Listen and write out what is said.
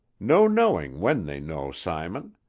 no knowing when they know, simon.